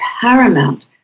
paramount